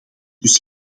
dus